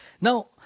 Now